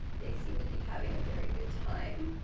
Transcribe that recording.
they seem to be having a very good time.